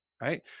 right